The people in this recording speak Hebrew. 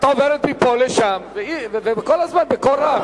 את עוברת מפה לשם, וכל הזמן בקול רם.